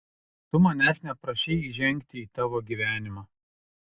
tu manęs neprašei įžengti į tavo gyvenimą